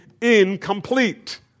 incomplete